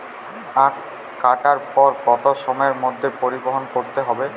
আখ কাটার পর কত সময়ের মধ্যে পরিবহন করতে হবে?